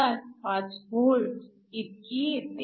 475 V इतकी येते